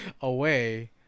away